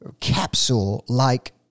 capsule-like